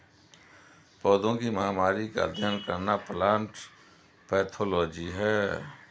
पौधों की महामारी का अध्ययन करना प्लांट पैथोलॉजी है